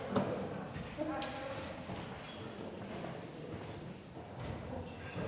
Tak